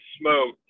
smoked